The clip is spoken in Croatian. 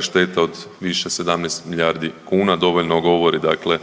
šteta od više 17 milijardi kuna dovoljno govori dakle